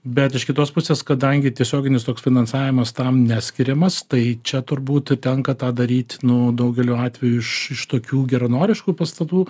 bet iš kitos pusės kadangi tiesioginis toks finansavimas tam neskiriamas tai čia turbūt tenka tą daryt nu daugeliu atvejų iš iš tokių geranoriškų pastatų